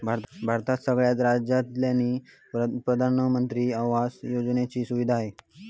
भारतात सगळ्या राज्यांतल्यानी प्रधानमंत्री आवास योजनेची सुविधा हा